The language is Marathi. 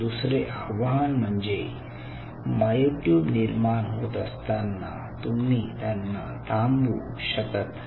दुसरे आवाहन म्हणजे मायोट्युब निर्माण होत असताना तुम्ही त्यांना थांबवू शकत नाही